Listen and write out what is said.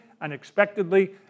unexpectedly